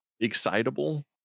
excitable